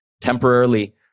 temporarily